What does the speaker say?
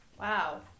Wow